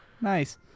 nice